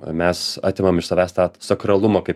mes atimam iš savęs tą sakralumą kaip